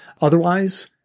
Otherwise